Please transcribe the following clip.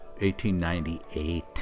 1898